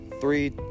three